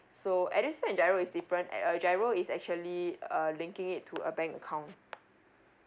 so edusave and giro is different at a giro is actually uh linking it to a bank account